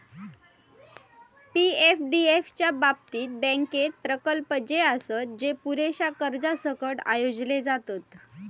पी.एफडीएफ च्या बाबतीत, बँकेत प्रकल्प जे आसत, जे पुरेशा कर्जासकट आयोजले जातत